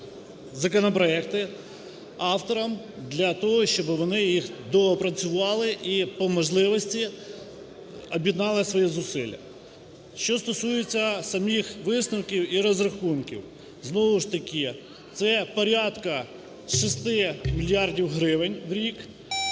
законопроекти авторам для того, щоби вони їх доопрацювали і по можливості об'єднали свої зусилля. Що стосується самих висновків і розрахунків. Знову ж таки це порядка шести мільярдів гривень в рік.